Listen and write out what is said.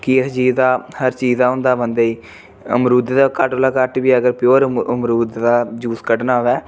कि इस चीज़ दा हर चीज़ दा होंदा बंदे गी अमरूदै दा घट्ट कोला घट्ट बी अगर प्यूर अमरुद दा जूस कड्ढना होऐ